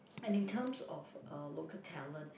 and in terms of uh local talent